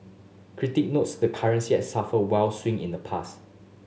critic notes the currency has suffered wild swing in the past